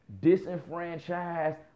disenfranchised